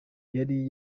yari